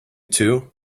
too